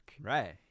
right